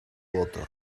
water